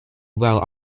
well